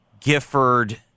Gifford